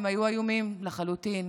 והם היו איומים לחלוטין.